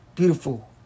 Beautiful